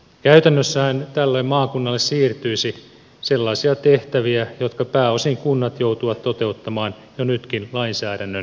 käytännössähän tällöin maakunnalle siirtyisi sellaisia tehtäviä jotka pääosin kunnat joutuvat toteuttamaan jo nytkin lainsäädännön nojalla